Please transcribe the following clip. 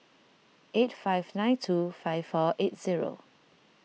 eight five nine two five four eight zero